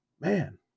man